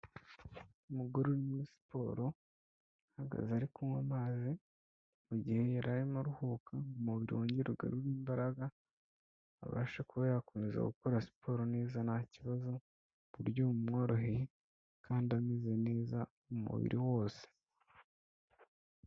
Umugore uri muri siporo, ahagaze, ari kunywa amazi, mu gihe yararimo aruhuka, umubiri wongere ugarure imbaraga, abasha kuba yakomeza gukora siporo neza ntakibazo ku buryo bumworoheye kandi ameze neza umubiri wose.